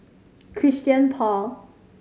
Christian Paul